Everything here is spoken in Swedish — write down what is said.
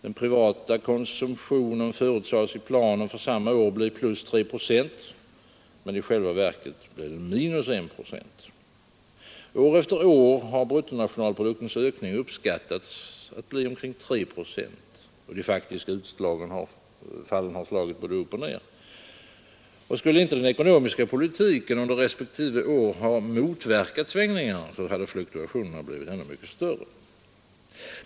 Den privata konsumtionen förutsades i planen för samma år bli plus 3 procent, men i själva verket blev den minus 1 procent. År efter år har bruttonationalproduktens ökning uppskattats bli omkring 3 procent, och de faktiska utfallen har slagit såväl upp som ned. Skulle inte den ekonomiska politiken under respektive år ha motverkat svängningarna, hade fluktuationerna blivit ännu mycket större.